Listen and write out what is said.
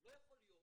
לא יכול להיות